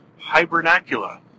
Hibernacula